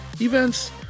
events